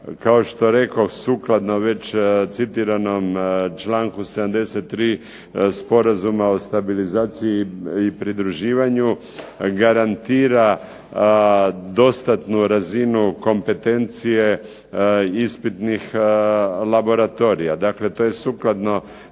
kao što rekoh sukladno već citiranom članku 73. Sporazuma o stabilizaciji i pridruživanju garantira dostatnu razinu kompetencije ispitnih laboratorija. Dakle, to je sukladno